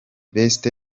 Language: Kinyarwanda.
best